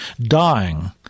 dying